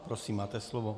Prosím, máte slovo.